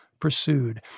pursued